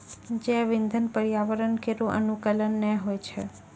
जैव इंधन पर्यावरण केरो अनुकूल नै होय छै